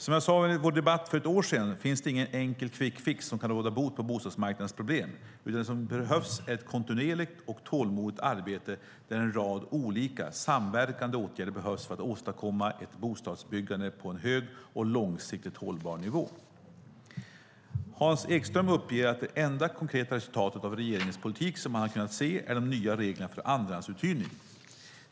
Som jag sade vid vår debatt för ett år sedan finns det ingen enkel quick fix som kan råda bot på bostadsmarknadens problem, utan det som behövs är ett kontinuerligt och tålmodigt arbete där en rad olika samverkande åtgärder behövs för att åstadkomma ett bostadsbyggande på en hög och långsiktigt hållbar nivå. Hans Ekström uppger att det enda konkreta resultat av regeringens politik som han har kunnat se är de nya reglerna för andrahandsuthyrning.